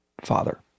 father